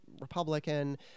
Republican